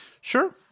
sure